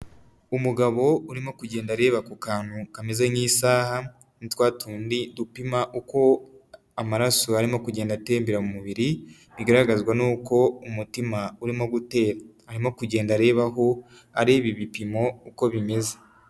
Umugabo urimo kugenda areba ku kantu kameze nk'isaha, ni twa tundi dupima uko amaraso arimo kugenda atembera mu mubiri, bigaragazwa n'uko umutima urimo gutera. arimo kugenda arebaho, areba ibipimo uko bimeze.